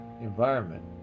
environment